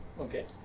Okay